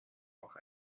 auch